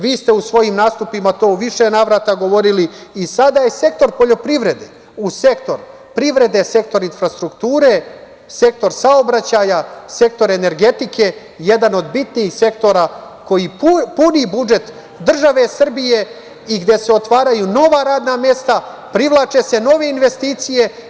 Vi ste u svojim nastupima to u više navrata govorili i sada je sektor poljoprivrede uz sektor privrede, sektor infrastrukture, sektor saobraćaja, sektor energetike jedan od bitnijih sektora koji puni budžet države Srbije i gde se otvaraju nova radna mesta, privlače se nove investicije.